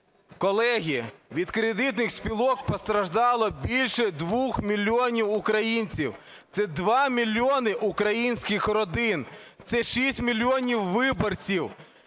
Колеги, від кредитних спілок постраждало більше 2 мільйонів українців. Це 2 мільйони українських родин, це 6 мільйонів виборців.